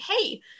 hey